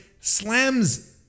slams